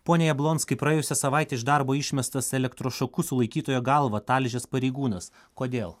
pone jablonskį praėjusią savaitę iš darbo išmestas elektros šoku sulaikytojo galvą talžęs pareigūnas kodėl